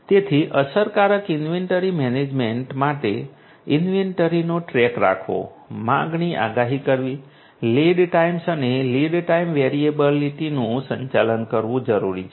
તેથી અસરકારક inventory management માટે ઈન્વેન્ટરીનો ટ્રેક રાખવો માંગની આગાહી કરવી લીડ ટાઈમ્સ અને લીડ ટાઈમ વેરિએબિલિટીનું સંચાલન કરવું જરૂરી છે